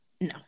No